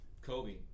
Kobe